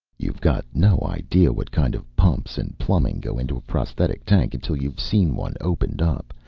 you've got no idea what kind of pumps and plumbing go into a prosthetic tank until you've seen one opened up.